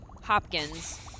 Hopkins